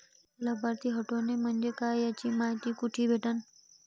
लाभार्थी हटोने म्हंजे काय याची मायती कुठी भेटन?